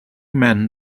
men